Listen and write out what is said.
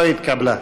לא התקבלה.